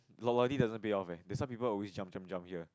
loyalty doesn't pay off eh there's some people always jump jump jump here